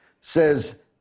says